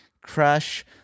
crush